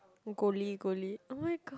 goli goli oh-my-god